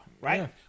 right